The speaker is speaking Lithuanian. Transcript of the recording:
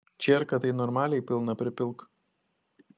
čierką tai normaliai pilną pripilk